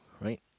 right